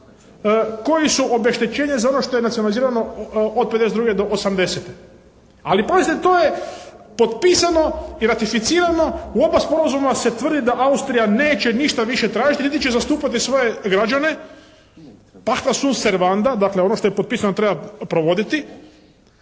koji su obeštećene za ono što je nacionalizirano od '52. do '80. Ali pazite, to je potpisano i ratificirano. U oba sporazuma se tvrdi da Austrija neće ništa više tražiti niti će zastupati svoje građane pactus sunt servanda, dakle ono što je potpisano treba provoditi.